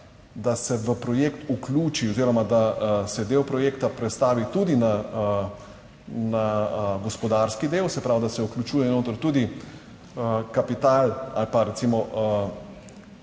da se v projekt vključi oziroma da se del projekta prestavi tudi na gospodarski del, se pravi, da se vključuje noter tudi kapital ali pa, recimo,